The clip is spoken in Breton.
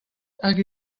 hag